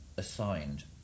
assigned